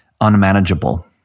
unmanageable